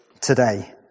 today